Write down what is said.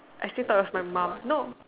I still thought it was my mom no